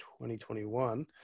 2021